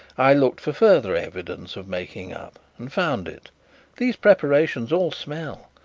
i looked for further evidence of making-up and found it these preparations all smell.